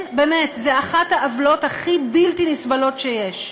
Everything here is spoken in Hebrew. באמת, זו אחת העוולות הכי בלתי נסבלות שיש.